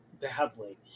badly